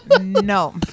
No